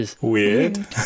weird